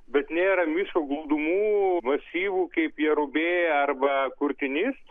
bet nėra miško glūdumų masyvų kaip jerubė arba kurtinys